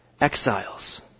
exiles